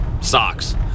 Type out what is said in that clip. Socks